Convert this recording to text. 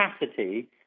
capacity